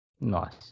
Nice